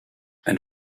and